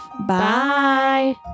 Bye